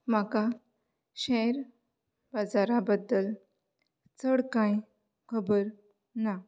म्हाका शॅर बाजारा बद्दल चड कांय खबर ना